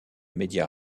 média